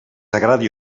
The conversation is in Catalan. agradi